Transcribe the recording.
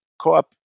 Co-op